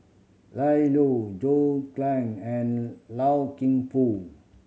Ian Loy John Clang and Loy Keng Foo